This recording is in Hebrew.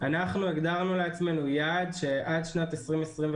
אנחנו הגדרנו לעצמנו יעד שעד שנת 2025,